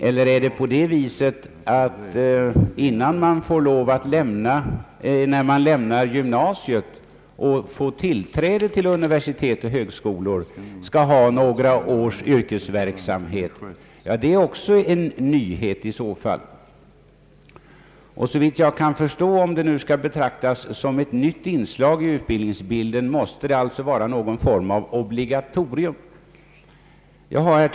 Eller är avsikten att de studerap'e, när de lämnat gymnasiet och innan de får tillträde till universitet och högskolor, skall bedriva några års yrkesverksamhet, så är det också en nyhet. Om det skall vara ett nytt inslag i utbildningen, måste det vidare såvitt jag förstår röra sig om någon form av obligatorium. Herr talman!